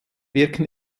wirken